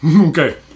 Okay